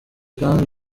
kandi